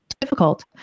difficult